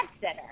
sitter